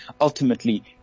ultimately